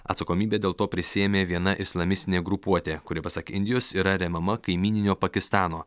atsakomybę dėl to prisiėmė viena islamistinė grupuotė kuri pasak indijos yra remiama kaimyninio pakistano